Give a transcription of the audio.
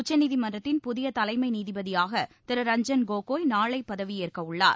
உச்சநீதிமன்றத்தின் புதிய தலைமை நீதிபதியாக திரு ரஞ்சன் கோகோய் நாளை பதவியேற்க உள்ளார்